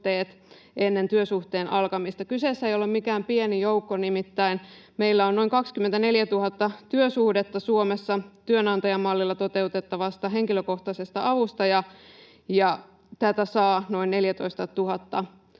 ennen työsuhteen alkamista. Kyseessä ei ole mikään pieni joukko, nimittäin meillä on noin 24 000 työsuhdetta Suomessa työnantajamallilla toteutettavassa henkilökohtaisessa avussa, ja sitä saa noin 14 000